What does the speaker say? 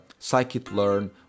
Scikit-learn